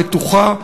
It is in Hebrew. בטוחה,